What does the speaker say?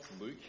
Luke